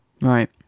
Right